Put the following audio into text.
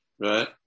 right